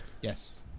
Yes